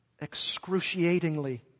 excruciatingly